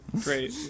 Great